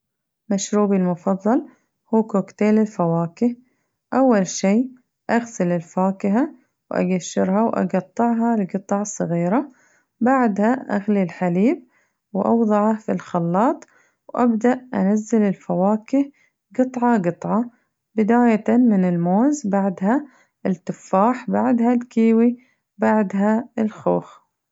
مشروبي المفضل هو كوكتيل الفواكه، أول شي أغسل الفاكهة وأقشرها وأقطعها لقطع صغيرة بعدها أغلي الحليب وأوضعه في الخلاط وأبدأ أنزل الفواكه قطعة قطعة بدايةً من الموز بعدها التفاح بعدها الكيوي بعدها الخوخ.